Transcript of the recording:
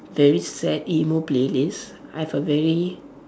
very sad emo playlist I have a very